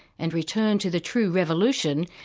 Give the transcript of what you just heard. and return to the true revolution,